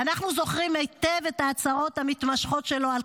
ואנחנו זוכרים היטב את ההצהרות המתמשכות שלו על